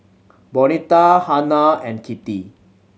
Bonita Hanna and Kittie